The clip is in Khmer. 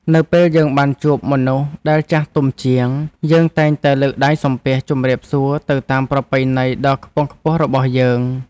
នៅពេលយើងបានជួបមនុស្សដែលចាស់ទុំជាង យើងតែងតែលើកដៃសំពះជម្រាបសួរទៅតាមប្រពៃណីដ៏ខ្ពង់ខ្ពស់របស់យើង។